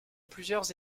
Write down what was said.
plusieurs